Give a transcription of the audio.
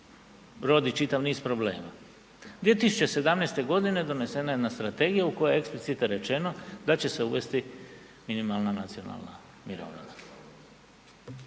rodi čitav niz problema. 2017.g. donesena je jedna strategija u kojoj je eksplicitno rečeno da će se uvesti minimalna nacionalna mirovina.